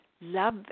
Love